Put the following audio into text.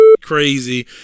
crazy